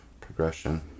progression